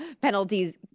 penalties